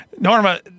Norma